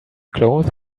cloth